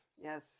yes